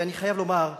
ואני חייב לומר,